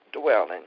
dwelling